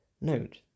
Note